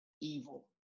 evil